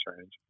change